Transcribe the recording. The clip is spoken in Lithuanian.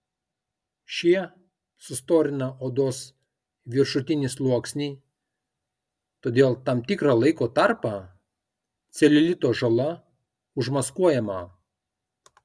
šie sustorina odos viršutinį sluoksnį todėl tam tikrą laiko tarpą celiulito žala užmaskuojama